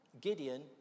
Gideon